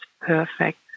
perfect